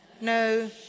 no